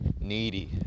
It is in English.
needy